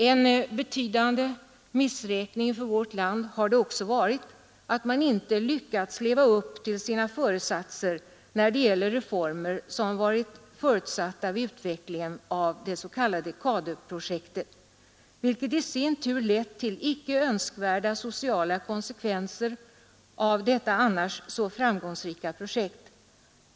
En betydande missräkning Nr 72 för vårt land har det också varit att man inte har lyckats leva upp till sina Onsdagen den föresatser när det gäller reformer som varit förutsatta vid utvecklingen av 25 april 1973 det s.k. Caduprojektet, vilket i sin tur ledde till icke önskvärda sociala — konsekvenser av detta annars så framgångsrika projekt.